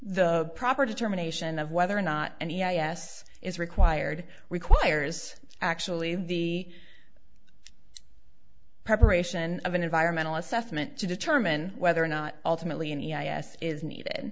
the proper determination of whether or not and yes is required requires actually the preparation of an environmental assessment to determine whether or not ultimately any i a s is needed